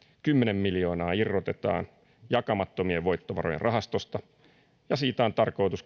kymmenen miljoonaa irrotetaan jakamattomien voittovarojen rahastosta ja siitä on tarkoitus